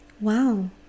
wow